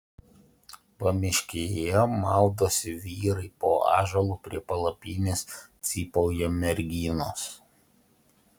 pamiškėje maudosi vyrai po ąžuolu prie palapinės cypauja merginos